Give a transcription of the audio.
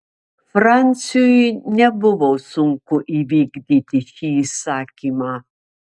franciui nebuvo sunku įvykdyti šį įsakymą